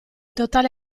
totale